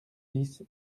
dix